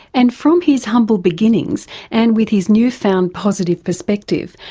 and from his humble beginnings and with his new-found positive perspective,